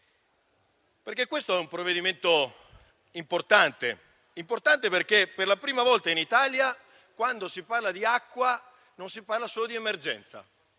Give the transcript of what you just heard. Questo, infatti, è un testo importante perché per la prima volta in Italia, quando si parla di acqua, non si parla solo di emergenza,